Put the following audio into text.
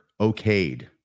okayed